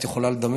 את יכולה לדמיין,